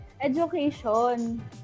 education